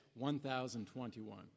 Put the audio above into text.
1021